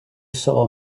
saw